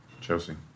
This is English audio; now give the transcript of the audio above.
Chelsea